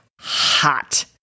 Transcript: hot